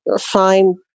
find